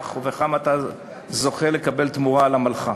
וכמה אתה זוכה לקבל תמורה על עמלך.